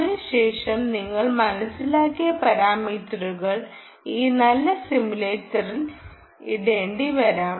അതിനുശേഷം നിങ്ങൾ മനസിലാക്കിയ പാരാമീറ്ററുകൾ ഈ നല്ല സിമുലേറ്ററിൽ ഇടേണ്ടിവരാം